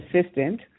assistant